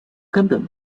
根本